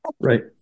Right